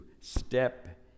step